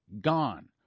gone